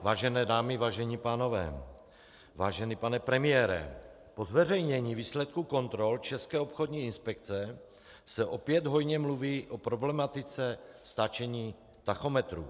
Vážené dámy, vážení pánové, vážený pane premiére, po zveřejnění výsledků kontrol České obchodní inspekce se opět hojně mluví o problematice stáčení tachometrů.